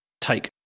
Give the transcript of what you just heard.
take